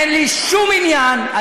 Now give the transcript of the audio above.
אין לי שום עניין,